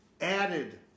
added